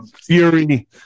Fury